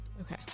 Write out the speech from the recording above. Okay